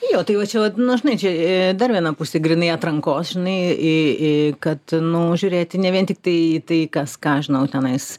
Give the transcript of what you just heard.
jo tai va čia vat na žinai čia dar viena pusė grynai atrankos žinai į į kad nu žiūrėti ne vien tiktai į tai kas ką aš žinau tenais